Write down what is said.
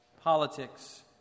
politics